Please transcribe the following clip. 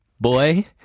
Boy